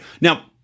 now